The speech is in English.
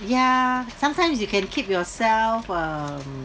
yeah sometimes you can keep yourself um